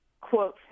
quote